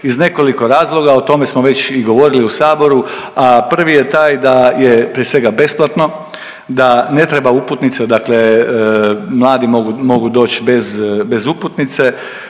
iz nekoliko razloga, o tome smo već i govorili u Saboru, a prvi je taj da je prije svega besplatno da ne treba uputnice dakle mladi mogu doć bez uputnice,